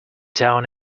down